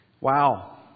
Wow